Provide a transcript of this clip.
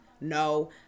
no